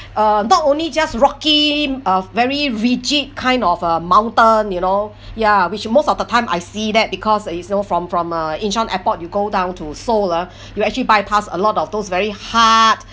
uh not only just rocky uh very rigid kind of uh mountain you know ya which most of the time I see that because uh you know from from uh incheon airport you go down to seoul ah you actually bypass a lot of those very hard